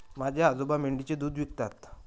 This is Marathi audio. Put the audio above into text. माझे आजोबा मेंढीचे दूध विकतात